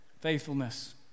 Faithfulness